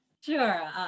Sure